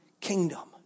kingdom